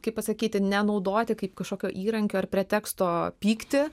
kaip pasakyti ne naudoti kaip kažkokio įrankio ar preteksto pykti